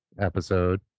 episode